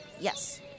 Yes